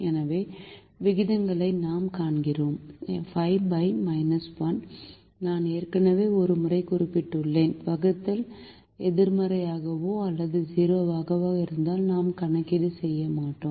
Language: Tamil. எனவே விகிதங்களை நாம் காண்கிறோம் 5 நான் ஏற்கனவே ஒரு முறை குறிப்பிட்டுள்ளேன் வகுத்தல் எதிர்மறையாகவோ அல்லது 0 ஆகவோ இருந்தால் நாம் கணக்கீடு செய்ய மாட்டோம்